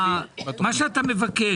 מה שאתה מבקש.